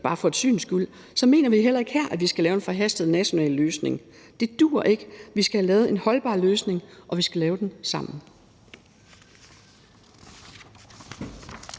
bare for et syns skyld, så mener vi heller ikke her, at vi skal lave en forhastet national løsning. Det duer ikke. Vi skal have lavet en holdbar løsning, og vi skal lave den sammen.